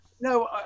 No